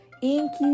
inky